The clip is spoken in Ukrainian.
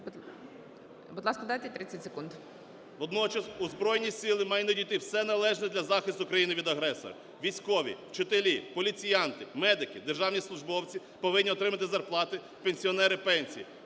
ласка, дайте 30 секунд.